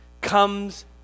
Comes